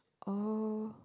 oh